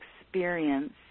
experience